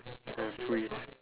just freeze